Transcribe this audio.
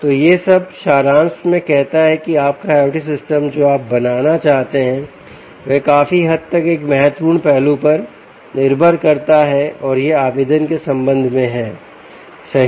तो यह सब सारांश में कहता है कि आपका IOT सिस्टम जो आप बनाना चाहते हैं वह काफी हद तक एक महत्वपूर्ण पहलू पर निर्भर करता है और यह आवेदन के संबंध में है सही